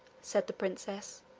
said the princess.